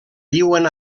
viuen